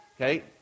okay